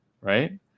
Right